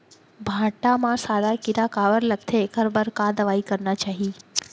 भांटा म सादा कीरा काबर लगथे एखर बर का दवई करना चाही?